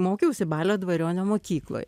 mokiausi balio dvariono mokykloj